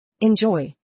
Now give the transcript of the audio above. Enjoy